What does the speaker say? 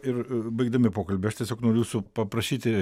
ir baigdami pokalbį aš tiesiog noriu jūsų paprašyti